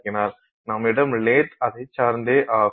நம்மிடம் லேத் அதைச் சார்ந்ததே ஆகும்